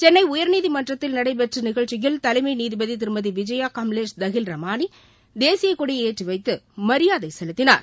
சென்னை உயர்நீதிமன்றதத்தில் நடைபெற்ற நிகழ்ச்சியில் தலைமை நீதிபதி திருமதி விஜய கமலேஷ் தஹில் ரமணி தேசியக்கொடியை ஏற்றிவைத்து மரியாதை செலுத்தினார்